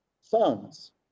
Sons